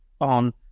on